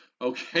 okay